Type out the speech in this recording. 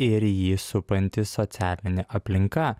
ir jį supanti socialinė aplinka